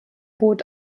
boot